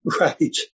Right